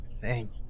Thank